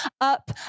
up